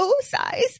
size